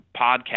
podcast